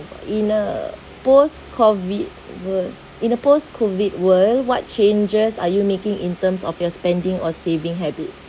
in a post COVID world in a post COVID world what changes are you making in terms of your spending or saving habits